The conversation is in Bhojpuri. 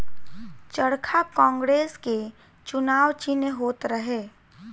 चरखा कांग्रेस के चुनाव चिन्ह होत रहे